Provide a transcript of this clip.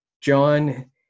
John